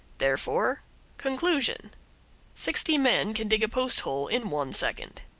therefore conclusion sixty men can dig a posthole in one second.